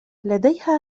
لديها